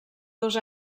dos